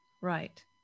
Right